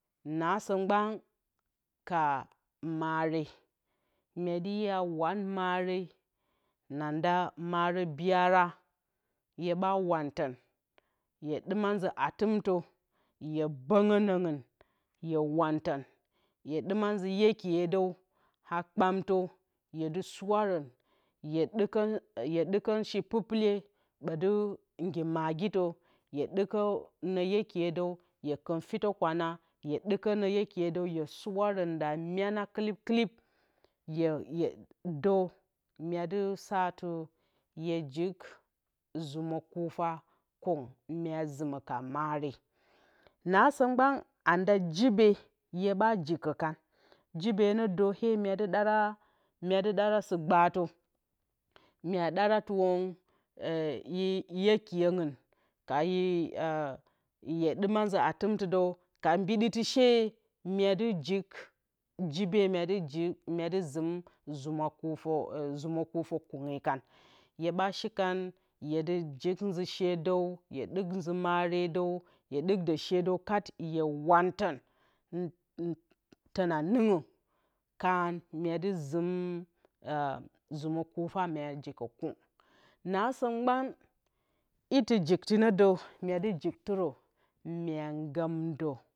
Nasǝ mgban ka mare myedɨ iya wan mare nanda marǝ biyara hyeɓa wantǝn hye ɗima nzǝ atɨmtǝ hye bǝngǝ nǝngɨn ye wantǝn hye ɗima nzǝ yekiye dǝw a kpamtǝ ya dɨ suwarǝn hyeɗikǝn hyeɗikǝn she pɨlpɨlye ɓǝti ngi magitǝ hye ɗikǝ nǝ yekiyedǝw ka fɨtǝkwana hye ɗikǝ ǝ yekiye dǝw ya sauw randa myana kɨlipkɨlip dǝ myadɨ saatɨ hye jik zumǝ kufa kung mye zɨmǝ ka mare nasǝ mgban nanda jibe hye jikǝkan jibe nǝdǝ ee myadɨ ɗara myadɨ ɗara sɨ gbaatǝ mye ɗaratɨwǝn yi yǝkiyǝngɨn hye ɗima nzǝ atɨmtɨdǝw ka mbiɗitɨ shee ee myedɨ jik myedɨ jik zumǝ kufa zumǝ kufa kunge kan hyeɓa shikan hye sɨ jik nzǝ shedǝw hye ɗik nzǝ maredǝw hye ɗik dǝ sheedǝw kat hye wantǝn tɨna nɨngǝ kan myedɨ zɨm zumǝ kufa mye jikkǝ kung nasǝ mgban itɨ jiktinǝdǝ myedɨ jiktido ngɨmdǝ